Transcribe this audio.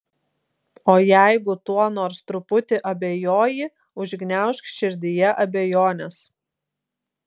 o jeigu tuo nors truputį abejoji užgniaužk širdyje abejones